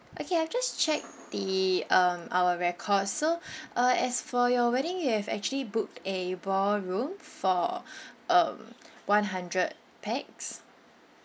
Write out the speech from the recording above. okay I've just check the um our record so uh as for your wedding you have actually booked a ballroom for um one hundred pax